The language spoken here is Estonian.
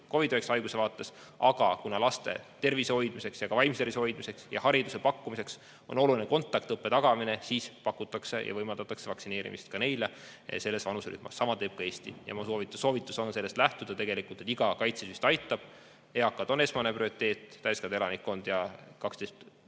COVID‑19 haiguse vaates, aga kuna laste tervise hoidmiseks, ka vaimse tervise hoidmiseks ja hariduse pakkumiseks on oluline kontaktõppe tagamine, siis pakutakse ja võimaldatakse vaktsineerimist ka neile, sellele vanuserühmale. Sama teeb ka Eesti ja soovitus on sellest lähtuda. Iga kaitsesüst aitab, eakad on esmane prioriteet, täiskasvanud elanikkond ja